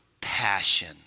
passion